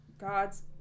God's